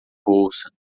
bolsa